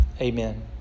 amen